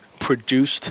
produced